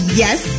yes